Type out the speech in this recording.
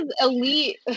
elite